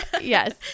Yes